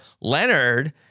Leonard